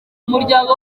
umuryango